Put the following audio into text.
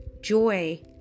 Joy